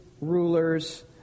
rulers